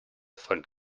von